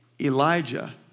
Elijah